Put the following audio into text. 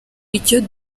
icyo